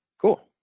Cool